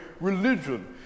religion